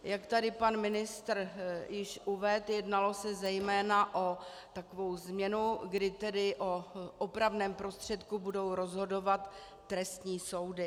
Jak tady pan ministr již uvedl, jednalo se zejména o takovou změnu, kdy tedy o opravném prostředku budou rozhodovat trestní soudy.